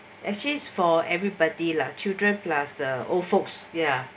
actually is for everybody lah children plus the old folks ya